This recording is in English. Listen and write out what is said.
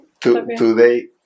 today